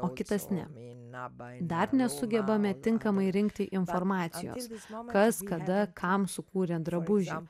o kitas ne dar nesugebame tinkamai rinkti informacijos kas kada kam sukūrė drabužį